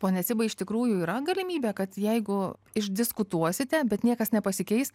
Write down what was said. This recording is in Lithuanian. ponia cibai iš tikrųjų yra galimybė kad jeigu išdiskutuosite bet niekas nepasikeis